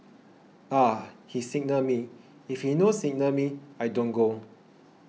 ah he signal me if he no signal me I don't go